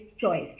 choice